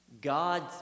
God